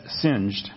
singed